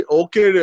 okay